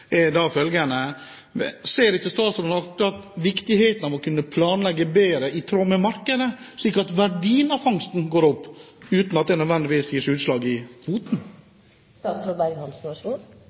da følgende: Ser ikke statsråden viktigheten av å kunne planlegge bedre i tråd med markedet, slik at verdien av fangsten går opp uten at det nødvendigvis gir seg utslag i kvoten?